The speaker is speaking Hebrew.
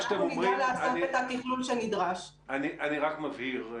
אני מבהיר.